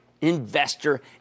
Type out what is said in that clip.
investor